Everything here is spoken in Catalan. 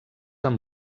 amb